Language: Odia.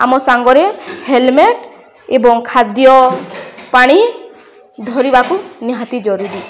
ଆମ ସାଙ୍ଗରେ ହେଲମେଟ୍ ଏବଂ ଖାଦ୍ୟ ପାଣି ଧରିବାକୁ ନିହାତି ଜରୁରୀ